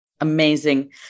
Amazing